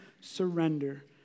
surrender